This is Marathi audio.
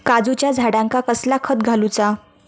काजूच्या झाडांका कसला खत घालूचा?